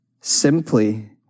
Simply